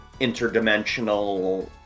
interdimensional